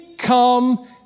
come